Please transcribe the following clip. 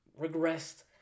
regressed